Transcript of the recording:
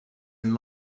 and